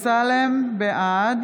אמסלם, בעד